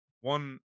one